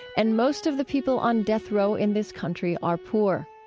and most of the people on death row in this country are poor.